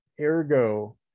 ergo